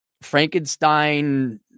Frankenstein